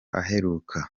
aheruka